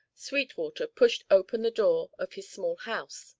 sweetwater pushed open the door of his small house,